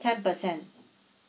ten percent